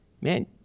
man